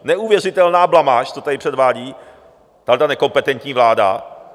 Neuvěřitelná blamáž, co tady předvádí tahle nekompetentní vláda.